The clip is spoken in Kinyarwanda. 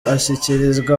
ashyikirizwa